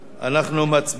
אנחנו מצביעים